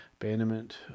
Abandonment